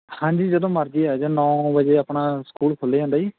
ਹਾਂਜੀ ਜਦੋਂ ਮਰਜ਼ੀ ਆ ਜਾਇਓ ਨੌ ਵਜੇ ਆਪਣਾ ਸਕੂਲ ਖੁੱਲ੍ਹ ਜਾਂਦਾ ਜੀ